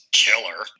killer